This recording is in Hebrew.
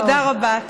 תודה רבה.